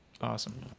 Awesome